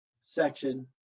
section